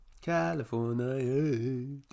California